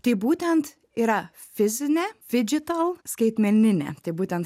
tai būtent yra fizinė fidžital skaitmeninė tai būtent